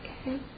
okay